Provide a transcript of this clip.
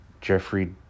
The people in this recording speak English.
Jeffrey